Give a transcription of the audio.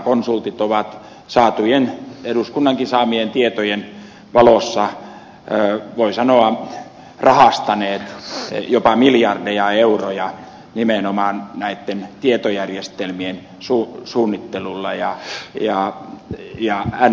konsultit ovat saatujen eduskunnankin saamien tietojen valossa voi sanoa rahastaneet jopa miljardeja euroja nimenomaan näitten tietojärjestelmien suunnittelulla ja niin sanotulla kehittämisellä